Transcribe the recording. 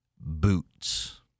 Boots